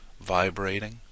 vibrating